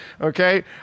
Okay